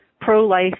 pro-life